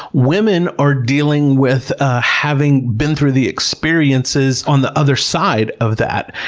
women are dealing with having been through the experiences on the other side of that.